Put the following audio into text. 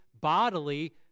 bodily